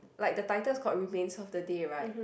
like the title called Remains of the Day right